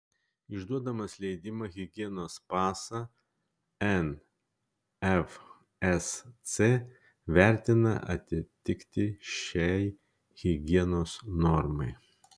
išduodamas leidimą higienos pasą nvsc vertina atitiktį šiai higienos normai